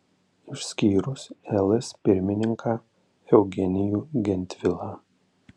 išskyrus ls pirmininką eugenijų gentvilą